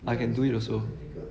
I can do it also